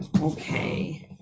Okay